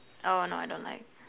oh no I don't like